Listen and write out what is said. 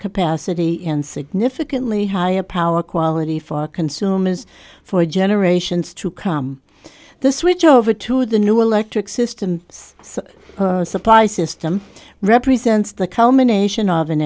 capacity in significantly higher power quality for consumers for generations to come the switch over to the new electric systems so supply system represents the culmination of an